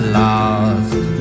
lost